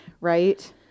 right